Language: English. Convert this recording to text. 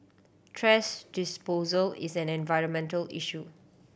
thrash disposal is an environmental issue